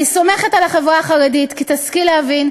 אני סומכת על החברה החרדית שתשכיל להבין